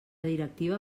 directiva